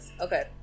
Okay